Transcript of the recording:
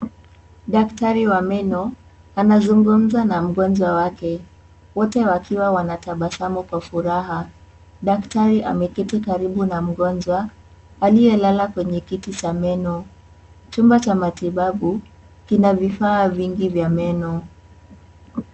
Daktari wa meno anazungumza na mgonjwa wake, wote wakiwa wanatabasamu kwa furaha. Daktari ameketi karibu na mgonjwa, aliyelala kwenye kiti cha meno. Chumba cha matibabu kina vifaa vingi vya meno.